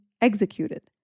executed